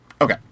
Okay